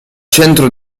centro